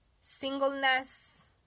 Singleness